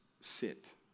sit